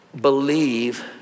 believe